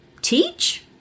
teach